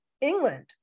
England